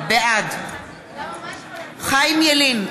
בעד חיים ילין,